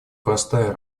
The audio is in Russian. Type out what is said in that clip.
простая